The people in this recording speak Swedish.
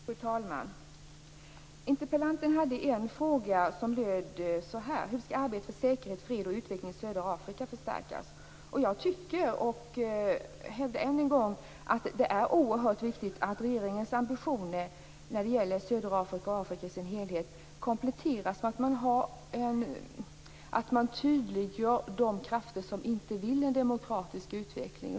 Fru talman! Interpellanten hade ställt en fråga om hur arbetet för säkerhet, fred och utveckling i södra Afrika skall förstärkas. Jag tycker och hävdar än en gång att det är oerhört viktigt att regeringens ambitioner när det gäller södra Afrika och Afrika i sin helhet kompletteras så att man tydliggör de krafter som inte vill ha en demokratisk utveckling.